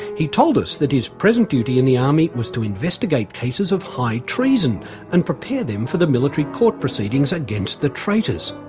he told us that his present duty in the army was to investigate cases of high treason and prepare them for the military court proceedings against the traitors.